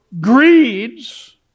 greeds